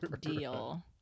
deal